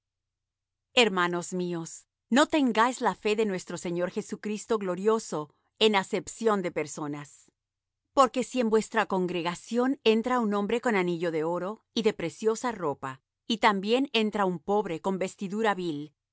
hermanos míos no tengáis la fe de nuestro señor jesucristo glorioso en acepción de personas porque si en vuestra congregación entra un hombre con anillo de oro y de preciosa ropa y también entra un pobre con vestidura vil